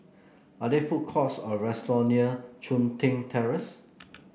are there food courts or restaurant near Chun Tin Terrace